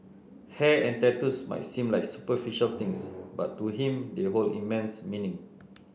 hair and tattoos might seem like superficial things but to him they hold immense meaning